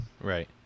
Right